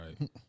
right